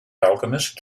alchemist